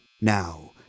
Now